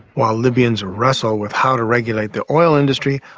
while libyans wrestle with how to regulate their oil industry,